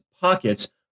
pockets